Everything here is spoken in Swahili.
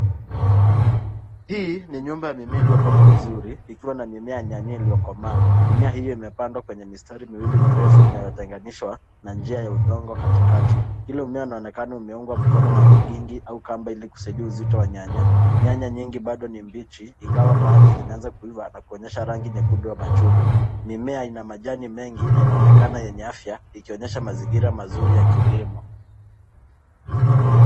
Hii ni nyumba ya mimea iliyopangwa vizuri ikiwa na mimea ya nyanya iliyokomaa. Mimea hio imepandwa kwenye mistari miwili mirefu inayotenganishwa na njia ya udongo katikati. Hilo mmea inaonekana imeungwa mkono na vigingi au kamba ili kusaidia uzito wa nyanya. Nyanya nyingi bado ni mbichi ingawa baadhi zimeanza kuiva na kuonyesha rangi nyekundu ya machungwa. Mimea ina majani mengi na inaonekana yenye afya ikionyesha mazingira mazuri ya kilimo.